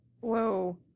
Whoa